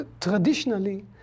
traditionally